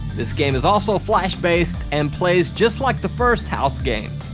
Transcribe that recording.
this game is also flash-based and plays just like the first house game.